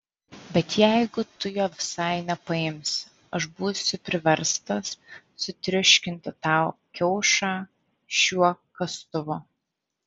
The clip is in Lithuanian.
bet jeigu tu jo visai nepaimsi aš būsiu priverstas sutriuškinti tau kiaušą šiuo kastuvu